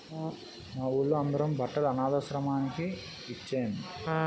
మా వూళ్ళో అందరం బట్టలు అనథాశ్రమానికి ఇచ్చేం